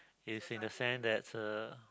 is in a sense that uh